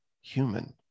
human